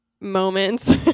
moments